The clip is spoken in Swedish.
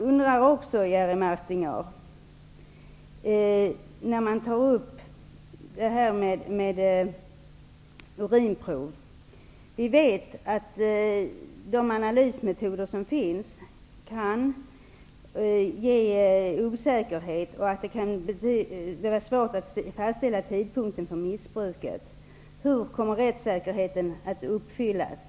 Vi vet att de analysmetoder som finns när det gäller urinprov kan ge osäkra resultat och att det kan vara svårt att fastställa tidpunkten för missbruket. Hur kommer rättssäkerhetskravet att uppfyllas?